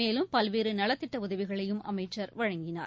மேலும் பல்வேறு நலத்திட்ட உதவிகளையும் அமைச்சர் வழங்கினார்